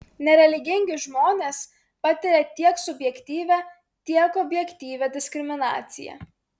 nereligingi žmonės patiria tiek subjektyvią tiek objektyvią diskriminaciją